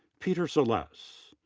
peter celeste.